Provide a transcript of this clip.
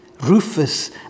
Rufus